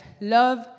Love